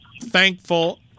Thankful